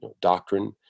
doctrine